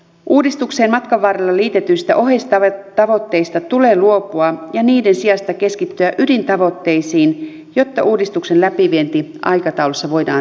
uudistukseen matkan varrella liitetyistä oheistavoitteista tulee luopua ja niiden sijasta keskittyä ydintavoitteisiin jotta uudistuksen läpivienti aikataulussa voidaan varmistaa